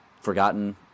forgotten